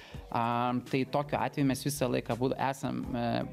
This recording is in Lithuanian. a tai tokiu atveju mes visą laiką esam eee